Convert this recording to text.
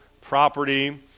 property